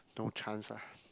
no chance ah